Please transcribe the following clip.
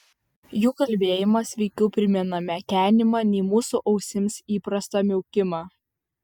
jų kalbėjimas veikiau primena mekenimą nei mūsų ausims įprastą miaukimą